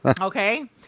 Okay